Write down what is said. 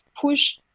push